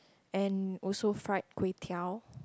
and also fried kway-teow